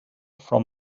from